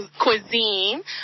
cuisine